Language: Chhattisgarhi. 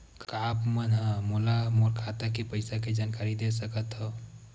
का आप मन ह मोला मोर खाता के पईसा के जानकारी दे सकथव?